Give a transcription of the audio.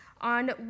On